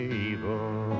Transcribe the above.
evil